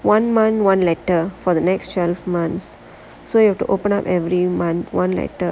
one month one letter for the next twelve months so you have to open up every month one letter